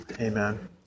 Amen